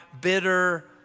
bitter